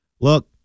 look